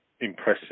impressive